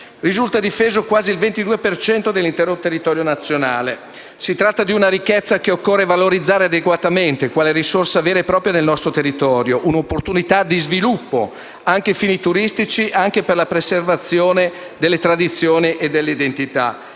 risulta difeso quasi il 22 per cento dell'intero territorio nazionale. Si tratta di una ricchezza che occorre valorizzare adeguatamente, quale risorsa vera e propria del nostro territorio; un'opportunità di sviluppo, anche ai fini turistici e per la preservazione delle tradizioni e delle identità;